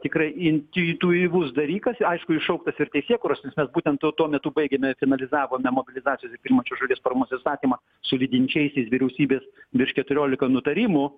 tikrai intiuityvus dalykas aišku iššauktas ir teisėkūros nes būtent t tuo metu baigėme finalizavome mobilizacijos ir priimančios šalies paramos įstatymą su lydinčiaisiais vyriausybės virš keturiolika nutarimų